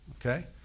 okay